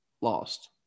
lost